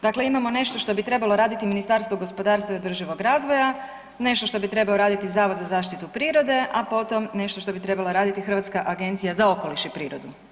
Dakle, imamo nešto što bi trebalo raditi Ministarstvo gospodarstva i održivog razvoja, nešto što bi trebao raditi Zavod za zaštitu prirode, a potom nešto što bi trebala raditi Hrvatska agencija za okoliš i prirodu.